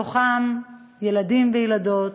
ובתוכם ילדים וילדות,